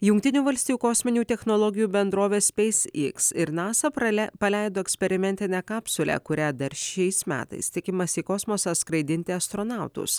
jungtinių valstijų kosminių technologijų bendrovės speis x ir nasa paleido eksperimentinę kapsulę kuria dar šiais metais tikimasi į kosmosą skraidinti astronautus